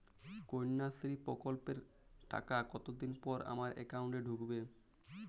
কন্যাশ্রী প্রকল্পের টাকা কতদিন পর আমার অ্যাকাউন্ট এ ঢুকবে?